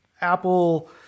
Apple